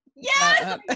Yes